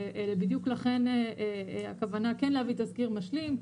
ובדיוק לכן הכוונה כן להביא תזכיר משלים.